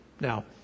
Now